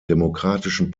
demokratischen